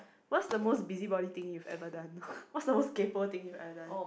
what's the most busybody thing you've ever done what's the most kaypoh thing you've ever done